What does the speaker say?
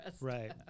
Right